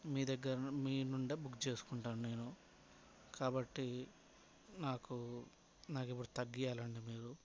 మీదగ్గర మీ నుండే బుక్ చేసుకుంటాను నేను కాబట్టి నాకు నాకిప్పుడు తగ్గేయాలండీ మీరు